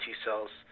T-cells